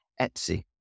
etsy